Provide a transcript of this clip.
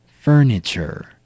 furniture